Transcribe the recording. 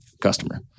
customer